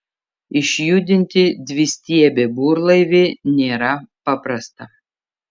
išjudinti dvistiebį burlaivį nėra paprasta